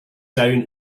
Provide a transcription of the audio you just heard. down